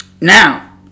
Now